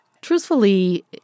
Truthfully